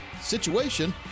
situation